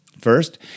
First